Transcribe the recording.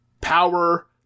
power